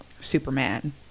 Superman